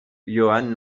johan